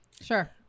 Sure